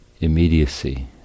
immediacy